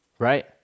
Right